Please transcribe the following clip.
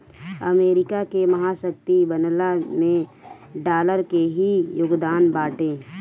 America के महाशक्ति बनला में डॉलर के ही योगदान बाटे